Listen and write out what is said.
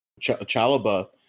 Chalaba